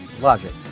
logic